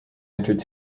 entered